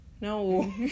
No